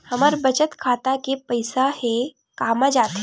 हमर बचत खाता के पईसा हे कामा जाथे?